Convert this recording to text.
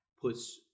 puts